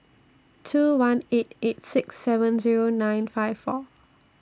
two one eight eight six seven Zero nine five four